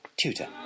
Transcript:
Tutor